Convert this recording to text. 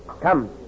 Come